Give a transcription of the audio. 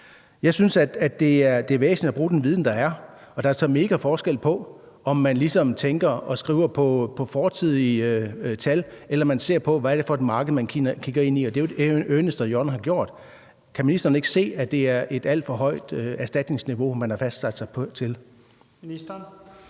Jeg synes, at det er væsentligt at bruge den viden, der er, og der er altså mega forskel på, om man ligesom tænker og skriver ud fra fortidige tal, eller om man ser på, hvad det er for et marked, man kigger ind i, og det er jo det, som Ernst & Young har gjort. Kan ministeren ikke se, at det er et alt for højt erstatningsniveau, man har fastsat det til?